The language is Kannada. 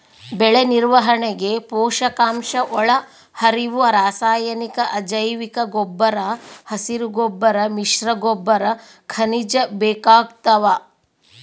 ಬೆಳೆನಿರ್ವಹಣೆಗೆ ಪೋಷಕಾಂಶಒಳಹರಿವು ರಾಸಾಯನಿಕ ಅಜೈವಿಕಗೊಬ್ಬರ ಹಸಿರುಗೊಬ್ಬರ ಮಿಶ್ರಗೊಬ್ಬರ ಖನಿಜ ಬೇಕಾಗ್ತಾವ